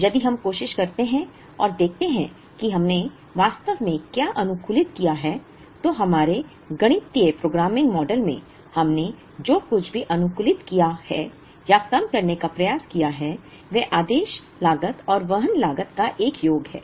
यदि हम कोशिश करते हैं और देखते हैं कि हमने वास्तव में क्या अनुकूलित किया है तो हमारे गणितीय प्रोग्रामिंग मॉडल में हमने जो कुछ भी अनुकूलित किया है या कम करने का प्रयास किया है वह आदेश लागत और वहन लागत का एक योग है